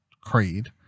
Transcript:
creed